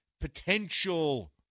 potential